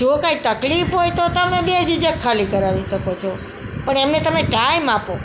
જો કાંઈ તકલીફ હોય તો તમે બેજીજક ખાલી કરાવો શકો છો પણ એમને તમે ટાઈમ આપો